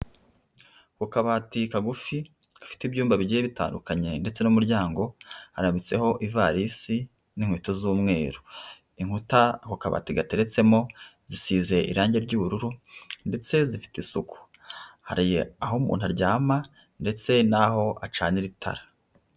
Ku kabati kagufi, gafite ibyumba bigiye bitandukanye ndetse n'umuryango, harabitseho ivarisi n'inkweto z'umweru. Inkuta ako kabati gateretsemo, zisize irangi ry'ubururu ndetse zifite isuku. Hari aho umuntu aryama, ndetse n'aho acananira itara.